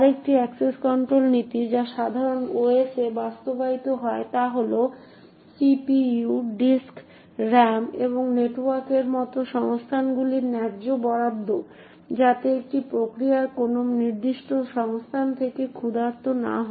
আরেকটি access control নীতি যা সাধারণ ওএস এ বাস্তবায়িত হয় তা হল সিপিইউ ডিস্ক র্যাম এবং নেটওয়ার্কের মতো সংস্থানগুলির ন্যায্য বরাদ্দ যাতে একটি প্রক্রিয়া কোনও নির্দিষ্ট সংস্থান থেকে ক্ষুধার্ত না হয়